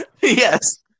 Yes